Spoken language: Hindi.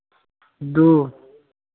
दो